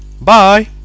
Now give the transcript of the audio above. Bye